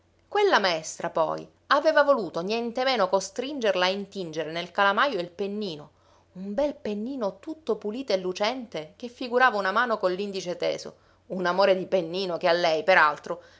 quella maestra poi aveva voluto nientemeno costringerla a intingere nel calamajo il pennino un bel pennino tutto pulito e lucente che figurava una mano con l'indice teso un amore di pennino che a lei